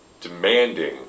demanding